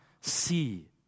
see